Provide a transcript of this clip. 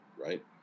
right